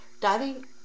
diving